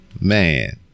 Man